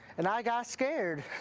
and i got scared.